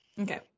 okay